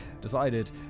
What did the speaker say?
decided